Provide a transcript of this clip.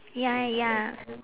ya ya